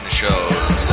shows